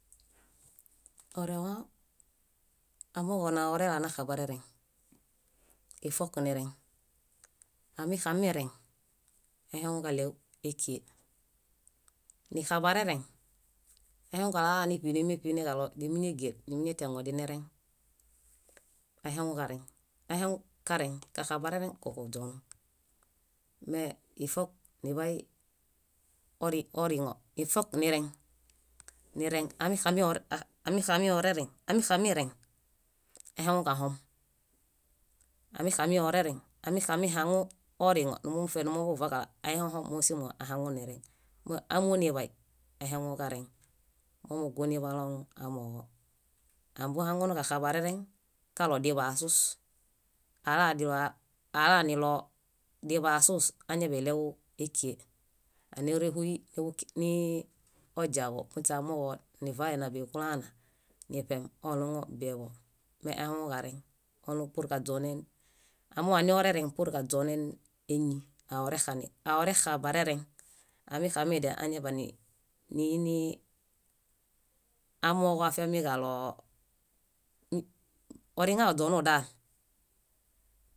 Oriŋo, amooġo ahuŋunuġalaa naxabarereŋ. Ifok nireŋ. Amixamireŋ aihaŋuġaɭew ékie. Nixabarereŋ, ahaŋuġaɭo alaa níṗinemeṗineġaɭo díminegel ditian diŋoniñareŋ? Aihaŋuġareŋ ahaŋukareŋ, kaxabarereŋ kuźonu. Me ifok niḃay oriŋo, ifok nireŋ. Nireŋ amixamiorereŋ, ami- amixamireŋ aihaŋuġahom. Amixamiorereŋ, amixamihaŋu oriŋo mufe numuvavaġaɭo aihohom mósimo ahaŋununireŋ. Me áminiḃay ahaŋuġareŋ. Momugũ nibaloŋ amooġo. Ambuhaŋukaxabarereŋ kaɭo diḃaasus. Ala- dibaa alaniɭo diḃaasus añaḃaiɭew ékie. Anorehuy nii oźaho muśe amooġo nivale náḃe kulaana niṗem oɭuŋon? Bieḃo. Me ahaŋuġareŋ oɭum pur kaźonen, amooġo anorereŋ pur kaźonen éñii aorexan aorexaḃarereŋ. Amixamidia niini amooġo afiamiġaɭo oriŋale oźonudaal.